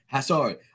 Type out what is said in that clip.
Sorry